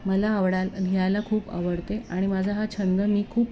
मला आवडायला लिहायला खूप आवडते आणि माझा हा छंद मी खूप